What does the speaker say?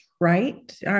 right